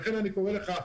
לכן אני קורא לך,